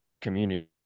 community